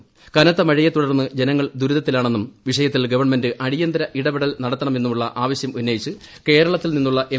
പ്രകൃത്ത് മഴയെ തുടർന്ന് ജനങ്ങൾ ദുരിതത്തിലാണെന്നും വിഷയത്തിൽ ഗവൺമെന്റ് അടിയന്തര ഇടപെടൽ നടത്തണമെന്നുമുള്ള ് ആവശ്യമുന്നയിച്ച് കേരളത്തിൽ നിന്നുള്ള എം